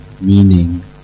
meaning